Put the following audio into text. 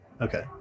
Okay